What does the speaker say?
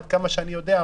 עד כמה שאני יודע,